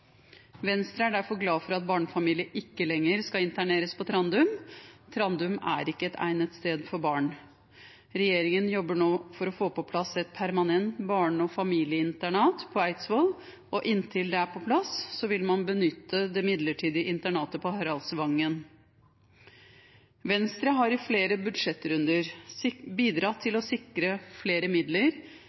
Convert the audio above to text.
Venstre er derfor glad for at barnefamilier ikke lenger skal interneres på Trandum. Trandum er ikke et egnet sted for barn. Regjeringen jobber nå for å få på plass et permanent barne- og familieinternat på Eidsvoll, og inntil det er på plass, vil man benytte det midlertidige internatet på Haraldvangen. Venstre har i flere budsjettrunder bidratt til å sikre flere midler